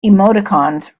emoticons